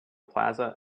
plaza